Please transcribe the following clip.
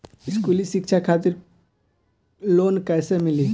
स्कूली शिक्षा खातिर लोन कैसे मिली?